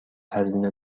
هزینه